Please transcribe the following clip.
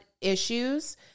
issues